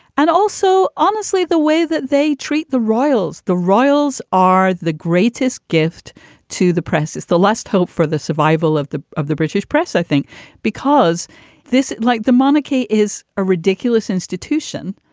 and also, honestly, the way that they treat the royals, the royals are the greatest gift to the press. it's the last hope for the survival of the of the british press. i think because this, like the monarchy, is a ridiculous institution.